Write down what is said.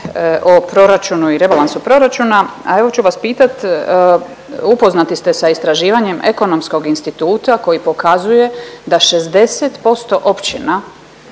o proračunu i rebalansu proračuna, a evo ću vas pitat, upoznati ste s istraživanjem Ekonomskog instituta koji pokazuje da 60% općina